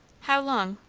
how long?